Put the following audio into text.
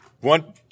One –